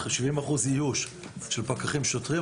70% איוש של פקחים שוטרים,